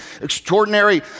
extraordinary